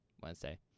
Wednesday